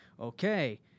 Okay